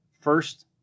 first